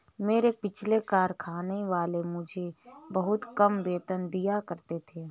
मेरे पिछले कारखाने वाले मुझे बहुत कम वेतन दिया करते थे